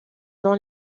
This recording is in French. dans